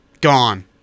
Gone